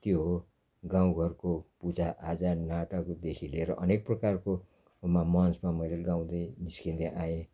त्यो हो गाउँघरको पूजाआजा नाटकदेखिको लिएर अनेक प्रकारको उमा मञ्चमा मैले गाउँदै निस्किन्दै आएँ